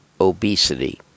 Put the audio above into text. obesity